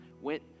went